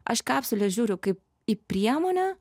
aš į kapsulę žiūriu kaip į priemonę